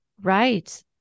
Right